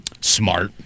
Smart